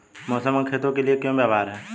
मौसम का खेतों के लिये क्या व्यवहार है?